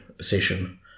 session